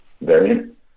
variant